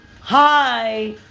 hi